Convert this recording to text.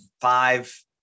five